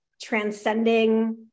transcending